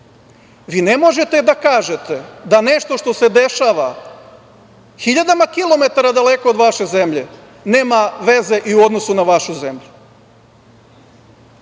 vi ne možete da kažete da nešto što se dešava hiljadama kilometara daleko od vaše zemlje nema veze i u odnosu na vašu zemlju,